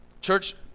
Church